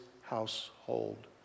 household